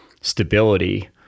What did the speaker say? stability